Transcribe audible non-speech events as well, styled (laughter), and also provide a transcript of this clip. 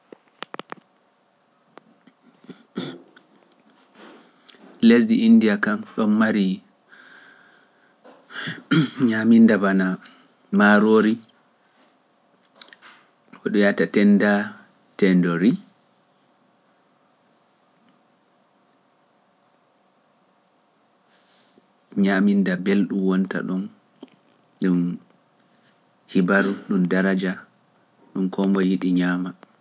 (noise) lesdi indiya kam don mari nyaminda bana marori dun be wiyata Tendatedori. Nyaminda wonta don dun daraja dun ko moye yidi nyamugo